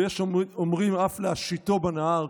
ויש אומרים אף להשיטו בנהר,